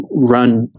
run